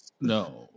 No